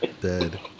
Dead